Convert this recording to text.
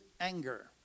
anger